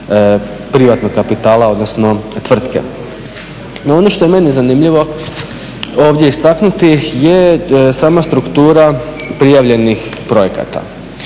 privatnog kapitala odnosno tvrtke. No, ono što je meni zanimljivo ovdje istaknuti je sama struktura prijavljenih projekata.